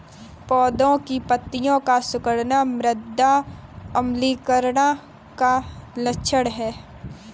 पौधों की पत्तियों का सिकुड़ना मृदा अम्लीकरण का लक्षण है